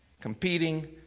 competing